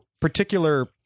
particular –